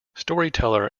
storyteller